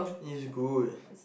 is good